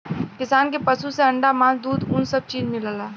किसान के पसु से अंडा मास दूध उन सब चीज मिलला